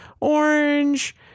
orange